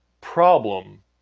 problem